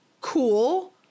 cool